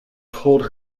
pulled